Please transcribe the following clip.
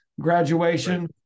Graduation